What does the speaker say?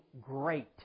great